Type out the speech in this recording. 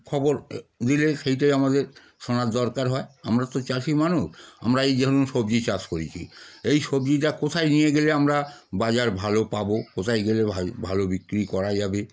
খবর দিলে সেটাই আমাদের শোনার দরকার হয় আমরা তো চাষি মানুষ আমরা এই ধরুন সবজি চাষ করেছি এই সবজিটা কোথায় নিয়ে গেলে আমরা বাজার ভালো পাব কোথায় গেলে ভালে ভালো বিক্রি করা যাবে